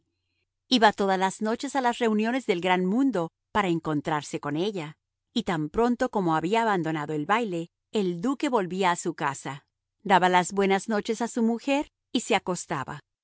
iba todas las noches a las reuniones del gran mundo para encontrarse con ella y tan pronto como había abandonado el baile el duque volvía a su casa daba las buenas noches a su mujer y se acostaba